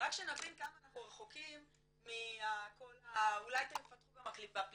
רק שנבין כמה אנחנו רחוקים מכל ה- -- אולי תפתחו גם אפליקציה,